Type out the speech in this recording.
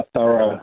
thorough